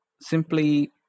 simply